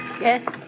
Yes